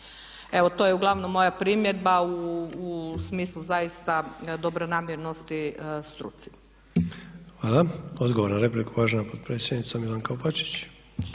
Evo, to je uglavnom moja primjedba u smislu zaista dobronamjernosti struci. **Sanader, Ante (HDZ)** Hvala. Odgovor na repliku, uvažena potpredsjednica Milanka Opačić.